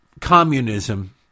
communism